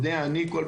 אוקיי, מתי